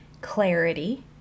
clarity